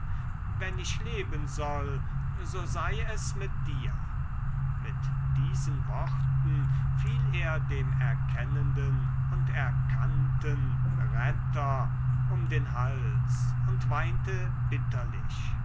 wenn ich leben soll so sei es mit dir mit diesen worten fiel er dem erkennenden und erkannten retter um den hals und weinte bitterlich